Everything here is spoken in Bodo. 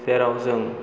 जेराव जों